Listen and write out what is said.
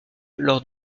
lors